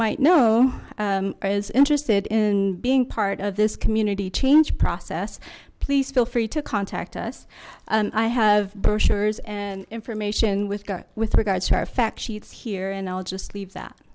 might know is interested in being part of this community change process please feel free to contact us i have brochures and information with with regards to our fact sheets here and i'll just leave that